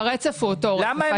הרצף הוא אותו רצף.